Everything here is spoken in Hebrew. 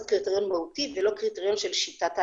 קריטריון מהותי ולא קריטריון של שיטת ההגשה.